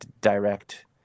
direct